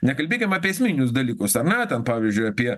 nekalbėkim apie esminius dalykus ar ne ten pavyzdžiui apie